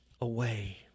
away